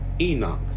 Enoch